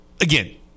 Again